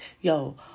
Yo